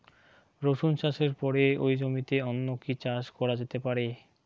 রসুন চাষের পরে ওই জমিতে অন্য কি চাষ করা যেতে পারে?